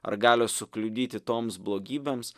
ar galios sukliudyti toms blogybėms